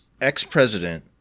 ex-president